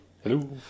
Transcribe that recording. Hello